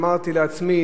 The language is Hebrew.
אמרתי לעצמי,